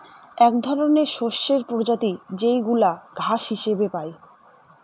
এক ধরনের শস্যের প্রজাতি যেইগুলা ঘাস হিসেবে পাই